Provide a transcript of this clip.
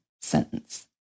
sentence